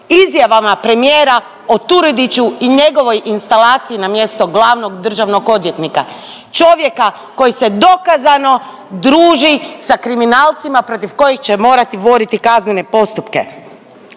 izjavama premijera o Turudiću i njegovoj instalaciji na mjesto glavnog državnog odvjetnika, čovjeka koji se dokazano druži sa kriminalcima protiv kojih će morati voditi kaznene postupke.